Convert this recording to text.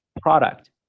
product